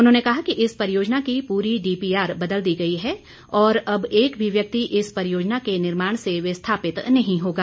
उन्होंने कहा कि इस परियोजना की पूरी डीपीआर बदल दी गई है और अब एक भी व्यक्ति इस परियोजना के निर्माण से विस्थापित नहीं होगा